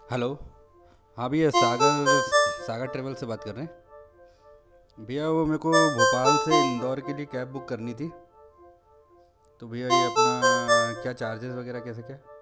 hello हाँ भय्या Sagar Sagar travel से बात कर रहे हैं भय्या वो मेको भोपाल से इंदौर के लिए कैब बुक करनी थी तो भय्या ये अपना क्या चार्जेज़ वगैरह कैसे क्या